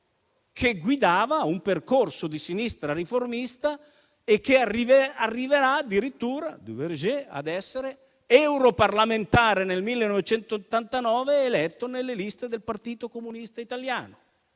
che guidava un percorso di sinistra riformista e che arriverà addirittura ad essere europarlamentare nel 1989 eletto nelle liste del Partito Comunista Italiano